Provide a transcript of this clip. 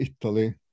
Italy